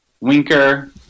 Winker